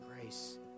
grace